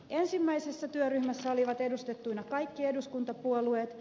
ensimmäisessä työryhmässä olivat edustettuina kaikki edus kuntapuolueet